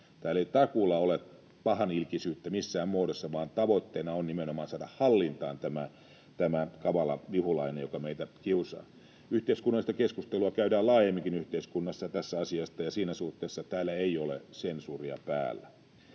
Täällä ei takuulla ole pahanilkisyyttä missään muodossa, vaan tavoitteena on nimenomaan saada hallintaan tämä kavala vihulainen, joka meitä kiusaa. Yhteiskunnallista keskustelua käydään laajemminkin yhteiskunnassa tästä asiasta, ja siinä suhteessa täällä ei ole sensuuria päällä.